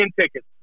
tickets